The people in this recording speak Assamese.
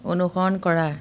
অনুসৰণ কৰা